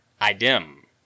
idem